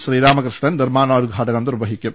ശ്രീരാമകൃഷ്ണൻ നിർമാണോദ്ഘാടനം നിർവഹിക്കും